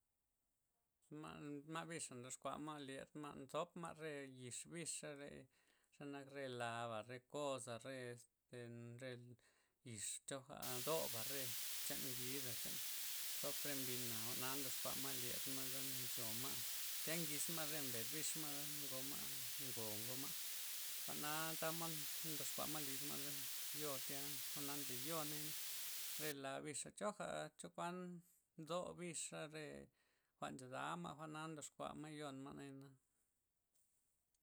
Ma' bixa' ndoxkua ma' lend ma', nzodp ma' re yix bixa', re xaanak re laaba', re kozaa', re este, re yix choga doba', re chan ngida' chan nzop re mbina', jwa'na ndoxkua ma' lyed ma', za ncho ma', tya ngix ma' re mbed bixma'ngoma', ngo goma', jwa'na tamod ndox kuama' liz ma' ze yoo' tya, jwa'na nly yoo' nayana', re laa bixa', choga' chokuan', bdo bixa' ree jwa'n nchozalma' jwa'na ndoxkua ma' yoon ma' naya'.